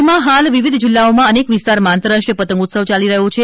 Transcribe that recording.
રાજ્યમાં હાલ વિવિધ જિલ્લાઓના અનેક વિસ્તારમાં આંતરરાષ્ટ્રીય પતંગોત્સવ ચાલી રહ્યો છે